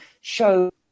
show